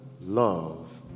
love